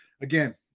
again